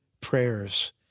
prayers